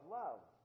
love